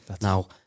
Now